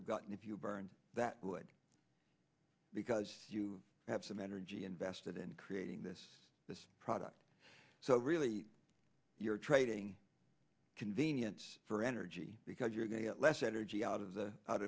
have gotten if you burn that wood because you have some energy invested in creating this this product so really you're trading convenience for energy because your day at less energy out of the out